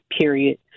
period